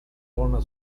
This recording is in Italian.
colonna